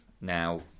now